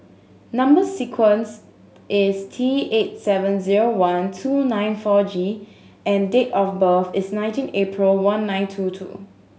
number sequence is T eight seven zero one two nine four G and date of birth is nineteen April one nine two two